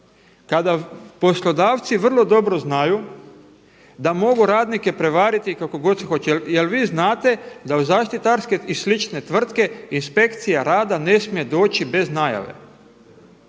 kada poslodavci vrlo dobro znaju da mogu radnike prevariti kako god hoće? Jel vi znate da u zaštitarske i slične tvrtke inspekcija rada ne smije doći bez najave?